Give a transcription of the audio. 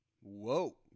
Whoa